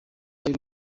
y’u